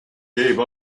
give